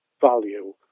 value